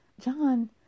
John